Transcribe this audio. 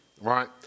right